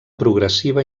progressiva